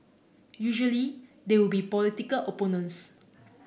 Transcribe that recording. usually they would be political opponents